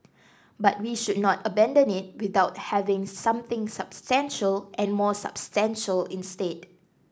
but we should not abandon it without having something substantial and more substantial instead